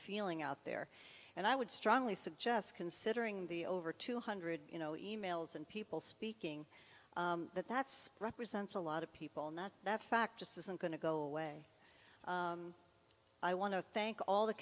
feeling out there and i would strongly suggest considering the over two hundred you know e mails and people speaking that that's represents a lot of people not that fact just isn't going to go away i want to thank all the